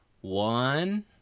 One